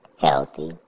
healthy